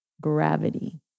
gravity